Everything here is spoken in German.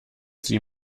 sie